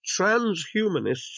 transhumanists